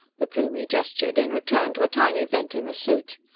the plumie gestured, in return, to a tiny vent in the suit.